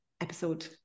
episode